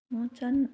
म चाहिँ